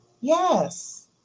Yes